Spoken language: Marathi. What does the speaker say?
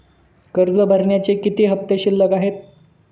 कर्ज भरण्याचे किती हफ्ते शिल्लक आहेत?